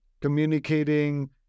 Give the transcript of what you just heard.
communicating